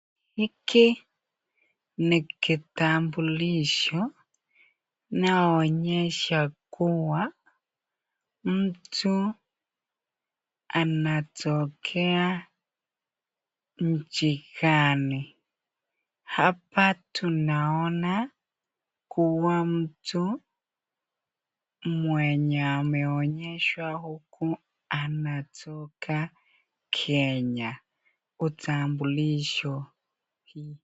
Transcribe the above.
Hiki ni kitabulisho inaonyesha kuwa mtu anatokea mjii ngani hapa tunaona kuwa mtu mwenye ameonyeshwa huku anatokea Kenya kitabulisho hii.